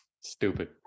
stupid